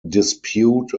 dispute